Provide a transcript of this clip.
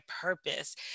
purpose